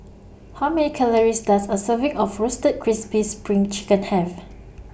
How Many Calories Does A Serving of Roasted Crispy SPRING Chicken Have